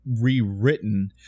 rewritten